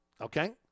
okay